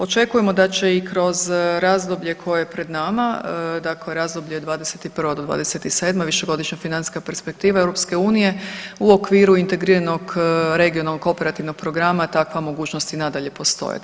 Očekujemo da će i kroz razdoblje koje je pred nama, dakle razdoblje '21. do '27., višegodišnja financijska perspektiva EU u okviru integriranog regionalnog operativnog programa takva mogućnost i nadalje postojati.